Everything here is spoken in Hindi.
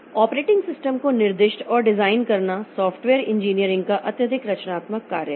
ऑपरेटिंग सिस्टम को निर्दिष्ट और डिजाइन करना सॉफ्टवेयर इंजीनियरिंग का अत्यधिक रचनात्मक कार्य है